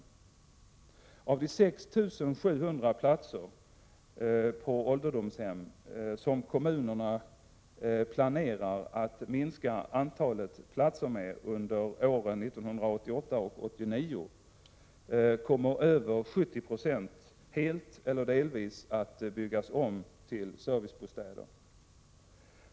Kommunerna planerar att minska antalet platser på ålderdomshem med 6 700 under åren 1988 och 1989. Av dessa kommer över 70 > helt eller delvis att byggas om till servicebostäder.